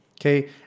Okay